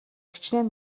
хэчнээн